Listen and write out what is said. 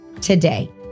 today